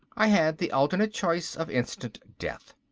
i had the alternative choice of instant death.